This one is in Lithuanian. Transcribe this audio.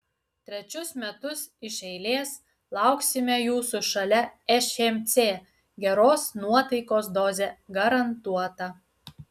trečius metus iš eiles lauksime jūsų šalia šmc geros nuotaikos dozė garantuota